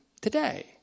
today